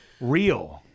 Real